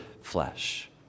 flesh